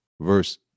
verse